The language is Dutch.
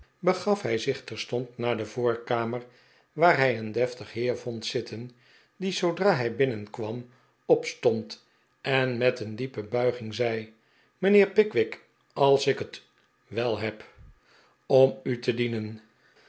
begaf hij zich terstond naar de voorkamer waar hij een deftig heer vond zitten die zoodra hij binnenkwam opstond en met een diepe bulging zei mijnheer pickwick als ik het wel heb om u te dienen